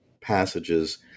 passages